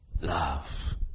love